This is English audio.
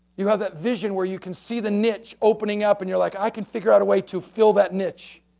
you have that vision where you can see the niche opening up and you're like, i can figure out a way to fill that niche